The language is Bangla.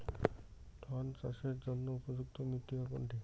ধান চাষের জন্য উপযুক্ত মৃত্তিকা কোনটি?